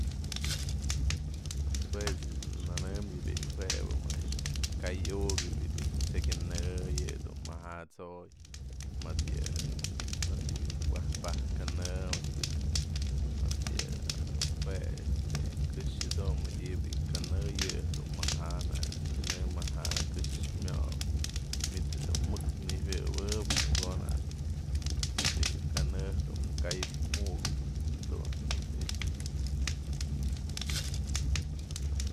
Pues jue ech dun nënëm yibi'i juebë më yë dun ka'ay u'ukyë bi'i tse'ey kanë yë dun maja'a tso'oy mëdë yë mëdë yë bi'i wajpa'aj kanë mëdë bi'i mëdë yë jue este këxë dun mëdyë bi'i kanë yë jedun maja'a na'ak dun nënëm maja'a këxë myob myd du mëk nyjëwë'ëwep në ko'o bi'i kanë dun ka'ayëp uka'ap dun yë yxë.